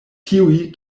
tiuj